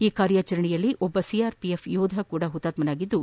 ಈ ಕಾರ್ಯಾಚರಣೆಯಲ್ಲಿ ಓರ್ವ ಸಿಆರ್ಪಿಎಫ್ ಯೋಧ ಹುತಾತ್ಸರಾಗಿದ್ದು